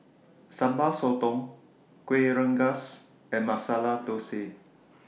Sambal Sotong Kuih Rengas and Masala Thosai